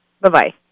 Bye-bye